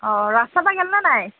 অঁ ৰাস চাবা গেলনে নাই